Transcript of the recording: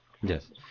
Yes